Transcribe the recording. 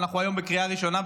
אנחנו היום בקריאה ראשונה,